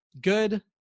good